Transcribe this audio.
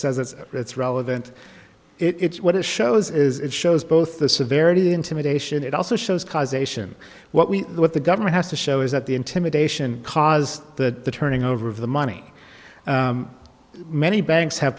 that it's relevant it's what it shows is it shows both the severity intimidation it also shows causation what we what the government has to show is that the intimidation caused the turning over of the money many banks have